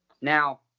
Now